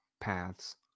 paths